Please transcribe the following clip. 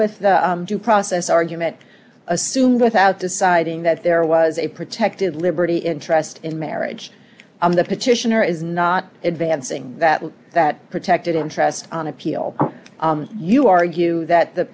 with the due process argument assumed without deciding that there was a protected liberty interest in marriage i'm the petitioner is not advancing that that protected interest on appeal you argue that th